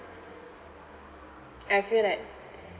I feel that